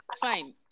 fine